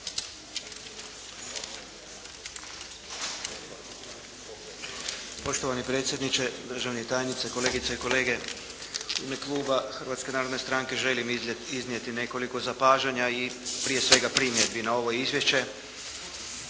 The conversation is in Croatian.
Poštovani predsjedniče, državni tajniče, kolegice i kolege. U ime kluba Hrvatske narodne stranke želim iznijeti nekoliko zapažanja i prije svega primjedbi na ovo izvješće.